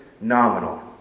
nominal